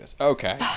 Okay